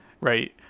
Right